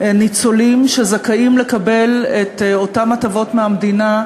ניצולים שזכאים לקבל את אותן הטבות מהמדינה.